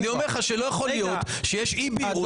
אני קצת מקשיב לדיון,